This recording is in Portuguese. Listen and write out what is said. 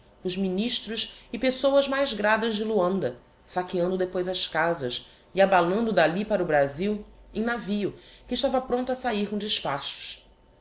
os ministros e pessoas mais gradas de loanda saqueando depois as casas e abalando d'alli para o brazil em navio que estava prompto a sahir com despachos